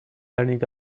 learning